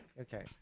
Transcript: Okay